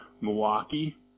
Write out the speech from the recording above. Milwaukee